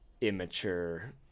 immature